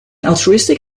altruistic